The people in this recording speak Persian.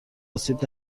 آسیب